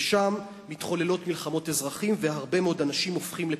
ושם מתחוללות מלחמות אזרחים והרבה מאוד אנשים הופכים לפליטים.